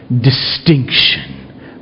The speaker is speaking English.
distinction